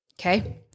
okay